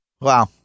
Wow